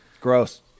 Gross